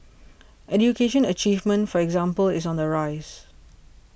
education achievement for example is on the rise